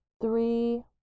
three